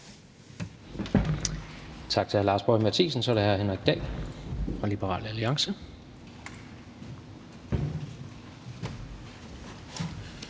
Tak til hr. Lars Boje Mathiesen. Så er det hr. Henrik Dahl fra Liberal Alliance.